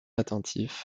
attentif